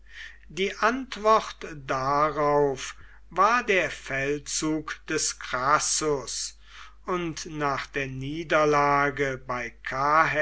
die antwort darauf war der feldzug des crassus und nach der niederlage bei